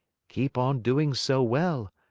keep on doing so well,